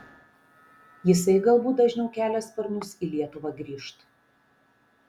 jisai galbūt dažniau kelia sparnus į lietuvą grįžt